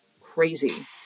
Crazy